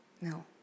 No